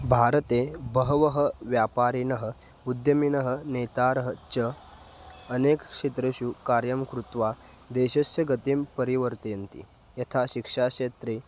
भारते बहवः व्यापारिणः उद्यमिनः नेतारः च अनेकक्षेत्रेषु कार्यं कृत्वा देशस्य गतिं परिवर्तयन्ति यथा शिक्षाक्षेत्रे